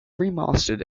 remastered